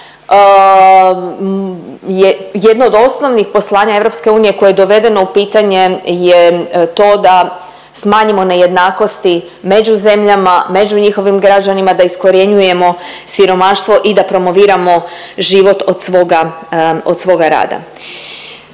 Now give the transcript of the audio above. jedno od osnovnih poslanja EU koje je dovedeno u pitanje je to da smanjimo nejednakosti među zemljama, među njihovim građanima, da iskorjenjujemo siromaštvo i da promoviramo život od svoga, od